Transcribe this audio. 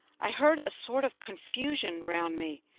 i heard a sort of confusion round me,